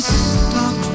stop